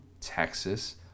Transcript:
Texas